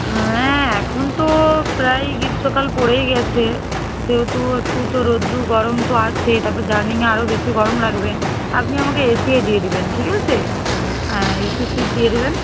হ্যাঁ এখন তো প্রায় গ্রীষ্মকাল পড়েই গিয়েছে সেহেতু একটু তো রৌদ্র গরম তো আছে তারপর জার্নিংয়ে আরও বেশি গরম লাগবে আপনি আমাকে এসিয়ে দিয়ে দেবেন ঠিক আছে এসি সিট দিয়ে দেবেন